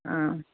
অঁ